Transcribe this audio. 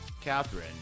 Catherine